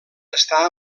està